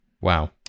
wow